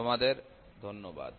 তোমাদের ধন্যবাদ